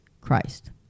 Christ